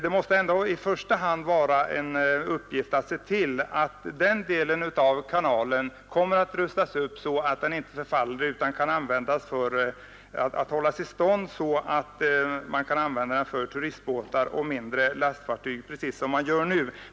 Det måste ändå i första hand vara en uppgift att se till att den delen av kanalen hålls i stånd så att den kan användas för turistbåtar och mindre lastfartyg, precis som man gör nu.